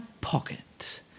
pocket